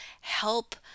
help